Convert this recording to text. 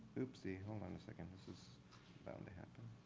oopsy. hold on a second. this is bound to happen.